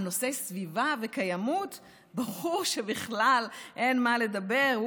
על נושא סביבה וקיימות ברור שבכלל אין מה לדבר.